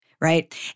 Right